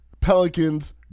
Pelicans